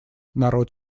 народ